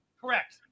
Correct